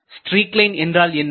streak line என்றால் என்ன